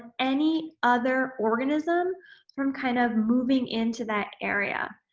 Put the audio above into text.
any other organism from kind of moving into that area.